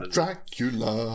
Dracula